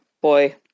boy